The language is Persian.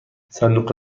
صندوق